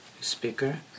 speaker